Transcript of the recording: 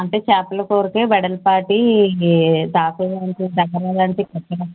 అంటే చేపలకూరకి వెడలుపాటి దబరాలంటే కచ్చితంగ